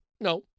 No